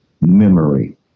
memory